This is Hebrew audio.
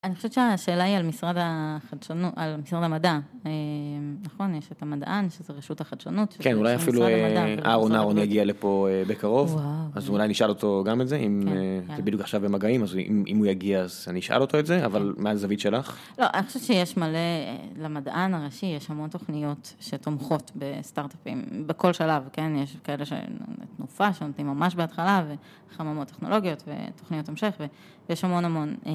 אני חושבת שהשאלה היא על משרד החדשנות, על משרד המדע, נכון, יש את המדען שזה רשות החדשנות. כן, אולי אפילו אהרון אהרון יגיע לפה בקרוב, אז אולי נשאל אותו גם את זה, אם, זה בדיוק עכשיו במגעים, אז אם הוא יגיע אז אני אשאל אותו את זה, אבל מהזווית שלך? לא, אני חושבת שיש מלא, למדען הראשי יש המון תוכניות שתומכות בסטארט-אפים בכל שלב, כן? יש כאלה של תנופה שנותנים ממש בהתחלה, וחממות טכנולוגיות, ותוכניות המשך, ויש המון המון.